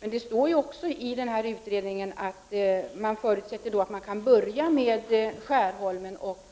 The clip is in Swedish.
Men det står ju också i utredningen att man förutsätter att man kan börja med Skärholmen och